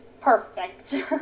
perfect